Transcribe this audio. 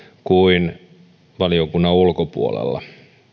kuin valiokunnan ulkopuolella